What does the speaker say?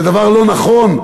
זה דבר לא נכון.